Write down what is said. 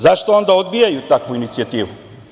Zašto onda odbijaju takvu inicijativu?